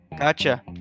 Gotcha